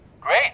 Great